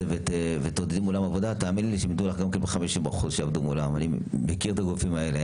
הם יתנו לך גם 50%. אני מכיר את הגופים האלה,